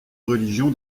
religion